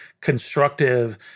constructive